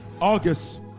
August